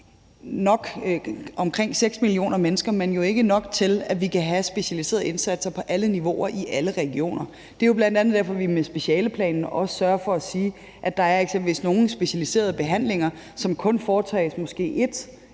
er omkring 6 millioner mennesker, men det er jo ikke nok til, at vi kan have specialiserede indsatser på alle niveauer i alle regioner. Det er bl.a. derfor, vi med specialeplanen også sørger for at sige, at der eksempelvis er nogle specialiserede behandlinger, som måske kun foretages på ét